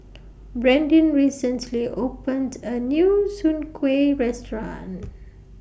Brandin recently opened A New Soon Kuih Restaurant